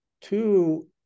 Two